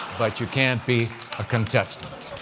but you can't be a contestant.